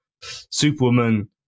Superwoman